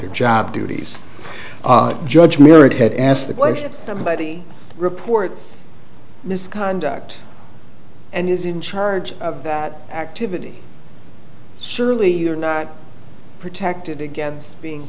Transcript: their job duties judge mirrored had asked the question if somebody reports misconduct and is in charge of that activity surely you're not protected against being